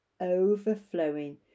Overflowing